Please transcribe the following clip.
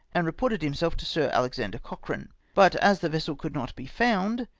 and reported himself to sir alexander cochrane but, as the vessel could not be found.